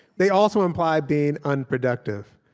they also imply being unproductive.